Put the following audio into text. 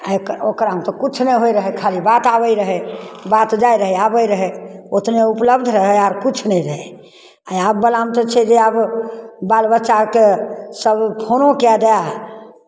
एहि ओकरामे तऽ किछु नहि होइत रहै खाली बात आबैत रहै बात जाइत रहै आबैत रहै उतने उपलब्ध रहै आर किछु नहि रहै आ आबवलामे तऽ छै जे आब बाल बच्चाकेँ सभ फोनो कए दय